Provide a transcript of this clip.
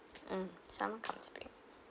mm summer cum spring